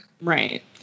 Right